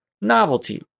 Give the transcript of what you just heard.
novelty